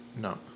No